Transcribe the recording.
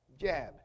jab